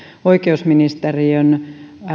oikeusministeriön